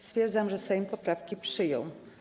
Stwierdzam, że Sejm poprawki przyjął.